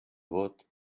vot